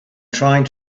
trying